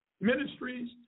ministries